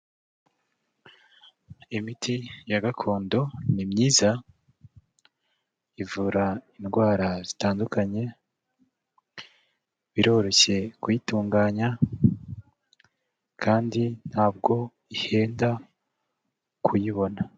Imiti ya gakondo ni myiza, ivura indwara zitandukanye. Biroroshye kuyitunganya, kandi ntabwo ihenda kuyibona.